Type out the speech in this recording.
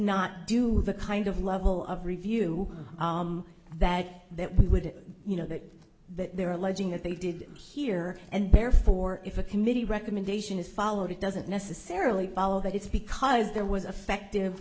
not do the kind of level of review that that would you know that they're alleging that they did here and therefore if a committee recommendation is followed it doesn't necessarily follow that it's because there was affective